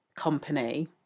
company